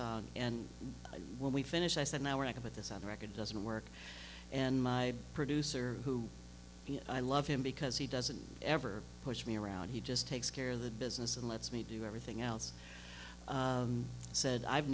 this and when we finished i said now i can put this on the record doesn't work and my producer who i love him because he doesn't ever push me around he just takes care of the business and lets me do everything else said i've